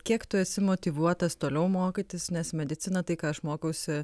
kiek tu esi motyvuotas toliau mokytis nes medicina tai ką aš mokiausi